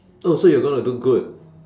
oh so you're gonna do good